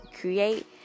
Create